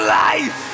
life